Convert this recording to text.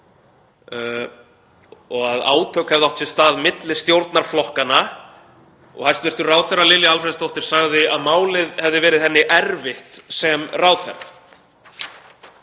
og átök hefðu átt sér stað milli stjórnarflokkanna og hæstv. ráðherra Lilja Alfreðsdóttir sagði að málið hefði verið henni erfitt sem ráðherra.